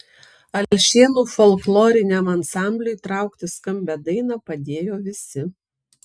alšėnų folkloriniam ansambliui traukti skambią dainą padėjo visi